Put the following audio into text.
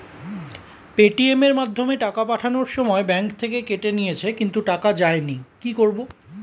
Paytm এর মাধ্যমে টাকা পাঠানোর সময় ব্যাংক থেকে কেটে নিয়েছে কিন্তু টাকা যায়নি কি করব?